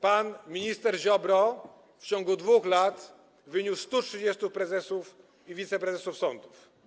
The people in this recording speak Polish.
Pan minister Ziobro w ciągu 2 lat wyniósł 130 prezesów i wiceprezesów sądów.